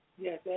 Yes